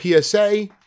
PSA